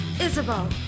Isabel